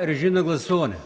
Режим на гласуване.